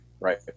right